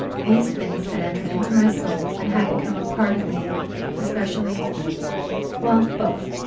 these things had entered into my soul, and had become a part of me especially well, both.